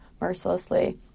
mercilessly